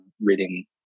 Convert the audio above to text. reading